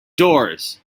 doors